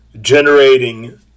generating